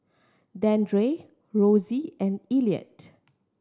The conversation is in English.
Dandre Rosy and Elliott